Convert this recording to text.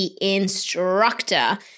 instructor